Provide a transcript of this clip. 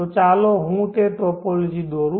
તો ચાલો હું તે ટોપોલોજી દોરું